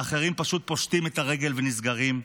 והאחרים פשוט פושטים את הרגל ונסגרים?